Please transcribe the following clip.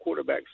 quarterbacks